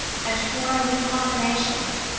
and form new combinations,